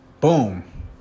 boom